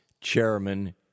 Chairman